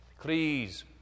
please